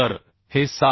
तर हे 7